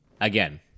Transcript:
Again